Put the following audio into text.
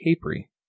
capri